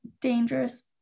dangerous